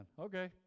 Okay